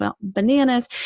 bananas